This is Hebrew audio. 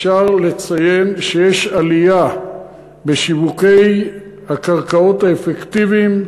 אפשר לציין שיש עלייה בשיווקי הקרקעות האפקטיביים,